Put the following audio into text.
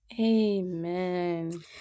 Amen